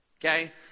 Okay